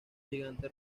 gigante